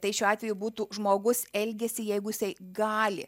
tai šiuo atveju būtų žmoguselgiasi jeigu jisai gali